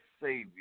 Savior